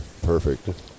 Perfect